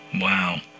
Wow